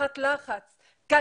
כן, היא אומרת את זה גם בדברים שלה.